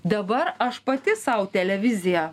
dabar aš pati sau televizija